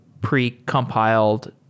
pre-compiled